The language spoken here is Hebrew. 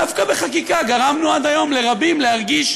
דווקא בחקיקה גרמנו עד היום לרבים להרגיש